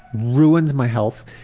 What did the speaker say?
ruined my health.